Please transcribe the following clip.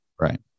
Right